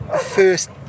first